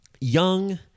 Young